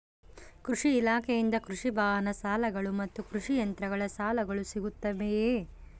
ಕೃಷಿ ಇಲಾಖೆಯಿಂದ ಕೃಷಿ ವಾಹನ ಸಾಲಗಳು ಮತ್ತು ಕೃಷಿ ಯಂತ್ರಗಳ ಸಾಲಗಳು ಸಿಗುತ್ತವೆಯೆ?